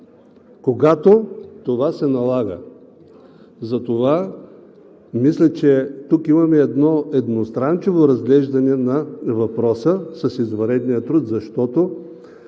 когато това се налага. Мисля, че тук имаме едностранчиво разглеждане на въпроса с извънредния труд, защото